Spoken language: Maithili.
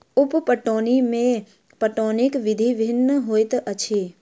उप पटौनी मे पटौनीक विधि भिन्न होइत अछि